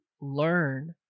learn